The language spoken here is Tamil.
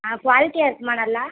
ஆ குவாலிட்டியாக இருக்குமா நல்லா